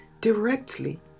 directly